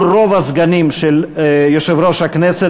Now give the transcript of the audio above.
הכנסת, לא, חבר הכנסת